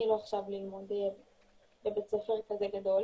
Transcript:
התחילו עכשיו לימודים בבית ספר כזה גדול.